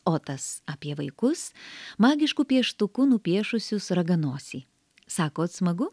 otas apie vaikus magišku pieštuku nupiešusius raganosį sakot smagu